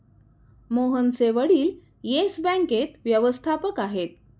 मोहनचे वडील येस बँकेत व्यवस्थापक आहेत